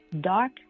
Dark